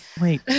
Wait